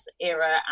era